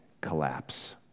collapse